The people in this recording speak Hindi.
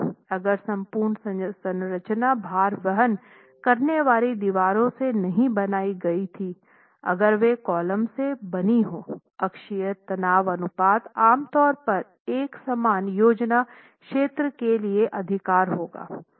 अगर संपूर्ण संरचना भार वहन करने वाली दीवारों से नहीं बनाई गई थी अगर वे कॉलम से बनी हों अक्षीय तनाव अनुपात आमतौर पर एक समान योजना क्षेत्र के लिए अधिक होगा